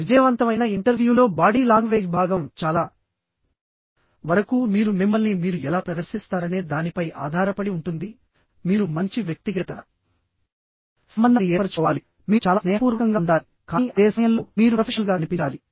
విజయవంతమైన ఇంటర్వ్యూలో body language భాగం చాలా వరకు మీరు మిమ్మల్ని మీరు ఎలా ప్రదర్శిస్తారనే దానిపై ఆధారపడి ఉంటుంది మీరు మంచి వ్యక్తిగత సంబంధాన్ని ఏర్పరచుకోవాలి మీరు చాలా స్నేహపూర్వకంగా ఉండాలి కానీ అదే సమయంలో మీరు ప్రొఫెషనల్గా కనిపించాలి